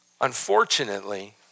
Unfortunately